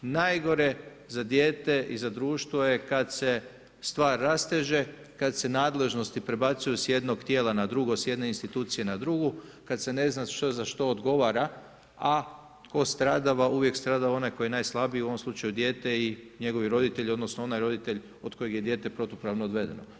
Najgore za dijete i za društvo je kada se stvar rasteže, kada se nadležnosti prebacuju s jednog tijela na drugo, s jedne institucije na drugu, kada se ne zna što za što odgovara, a tko stradava, uvijek stradava onaj koji je najslabiji, u ovome slučaju dijete i njegovi roditelji, odnosno onaj roditelj od kojeg je dijete protupravno odvedeno.